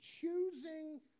choosing